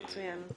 נמצא אתי